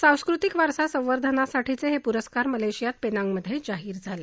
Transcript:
सांस्कृतिक वारसा संवर्धनासाठीचे हे पुरस्कार मलेशियात पेनांगमध्ये जाहीर झाले